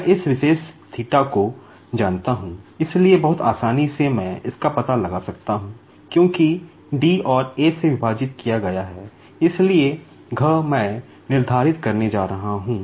मैं इस विशेष थीटा को जानता हूं इसलिए बहुत आसानी से मैं इसका पता लगा सकता हूं क्योंकि d को a से विभाजित किया गया है इसलिए घ मैं निर्धारित करने जा रहा हूं